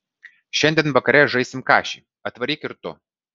šiandien vakare žaisim kašį atvaryk ir tu